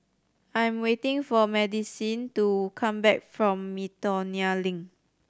I am waiting for Madisyn to come back from Miltonia Link